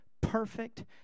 perfect